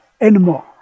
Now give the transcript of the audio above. anymore